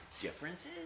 differences